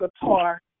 guitar